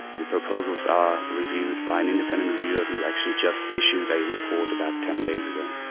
the proposals are reviewed by an independent reviewer who actually just issued a report about ten days ago.